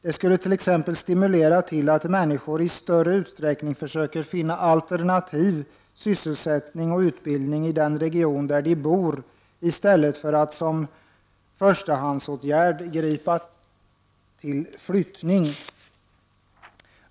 Det skulle t.ex. stimulera till att människor i större utsträckning försöker finna alternativ sysselsättning och utbildning i den region där de bor i stället för att som förstahandsåtgärd ta till flyttning.